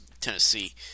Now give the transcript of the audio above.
Tennessee